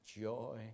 joy